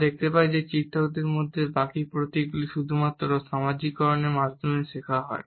আমরা দেখতে পাই যে চিত্রকদের মধ্যে বাকি প্রতীকগুলি শুধুমাত্র সামাজিকীকরণের মাধ্যমে শেখা হয়